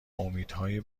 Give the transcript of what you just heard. امیدهای